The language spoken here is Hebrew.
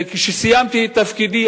כשסיימתי את תפקידי,